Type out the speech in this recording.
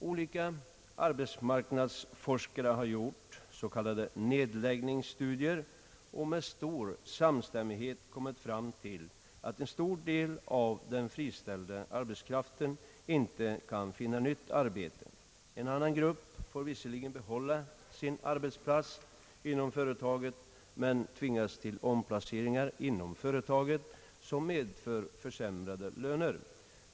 Olika arbetsmarknadsforskare har gjort s.k. nedläggningsstudier, och med stor samstämmighet kommit fram till att en stor del av den friställda arbetskraften inte kan finna nytt arbete. En annan grupp får visserligen behålla sin arbetsplats inom «företaget men tvingas därigenom till omplaceringar, innebärande försämrade löner.